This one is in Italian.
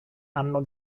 hanno